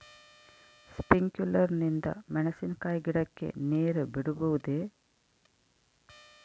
Sprinkler ನಿಂದ ಮೆಣಸಿನಕಾಯಿ ಗಿಡಕ್ಕೆ ನೇರು ಬಿಡಬಹುದೆ?